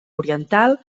oriental